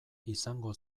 izango